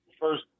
first